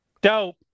Dope